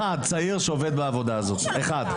אחד צעיר שעובד בעבודה הזו - אחד.